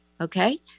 okay